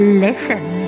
Listen